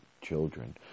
children